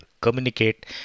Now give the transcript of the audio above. communicate